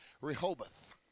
Rehoboth